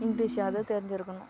இங்கிலிஷாவது தெரிஞ்சுருக்கணும்